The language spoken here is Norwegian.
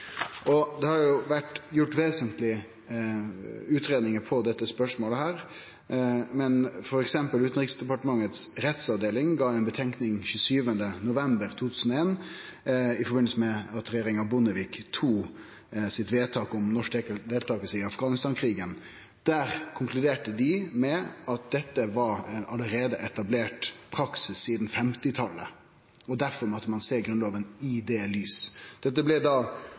Det har vore gjort vesentlege utgreiingar av dette spørsmålet. For eksempel gav Utanriksdepartementets rettsavdeling ei utgreiing 27. november 2001 i forbindelse med regjeringa Bondevik II sitt vedtak om norsk deltaking i Afghanistan-krigen. Der konkluderte dei med at dette allereie hadde vore ein etablert praksis sidan 1950-talet. Difor måtte ein sjå Grunnlova i det